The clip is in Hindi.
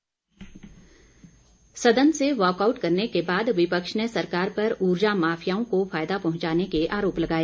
अग्निहोत्री सदन से वाकआउट करने के बाद विपक्ष ने सरकार पर ऊर्जा माफियाओं को फायदा पहुंचाने के आरोप लगाए